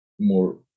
more